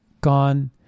gone